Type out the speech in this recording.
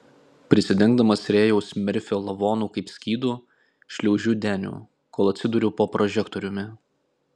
prisidengdamas rėjaus merfio lavonu kaip skydu šliaužiu deniu kol atsiduriu po prožektoriumi